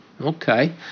Okay